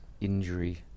injury